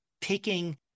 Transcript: picking